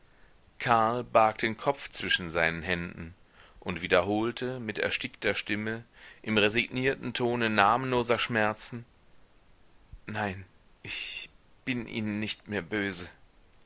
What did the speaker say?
karl barg den kopf zwischen seinen händen und wiederholte mit erstickter stimme im resignierten tone namenloser schmerzen nein ich bin ihnen nicht mehr böse